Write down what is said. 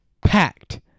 packed